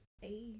Hey